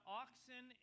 oxen